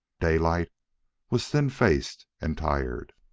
daylight was thin-faced and tired.